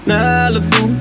Malibu